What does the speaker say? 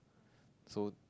so